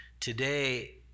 Today